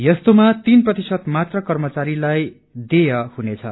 यस्तोमा तीन प्रतिशत मात्र कर्मचारीलाई देय हुनेछ